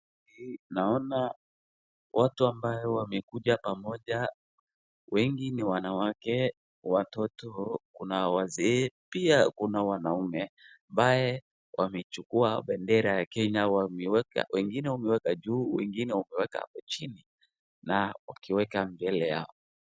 Naona watu ambaye wamekuja pamoja, wengi ni wanawake, watoto, kuna wazee, pia kuna wanaume ambaye wamechukua bendera ya Kenya, wameweka, wengine wameweka juu, wengine wameweka hapo chini, na wakiweka mbele yao.